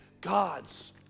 God's